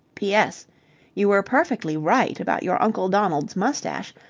p s you were perfectly right about your uncle donald's moustache,